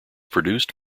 produced